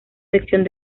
sección